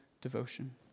devotion